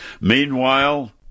Meanwhile